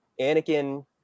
Anakin